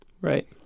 Right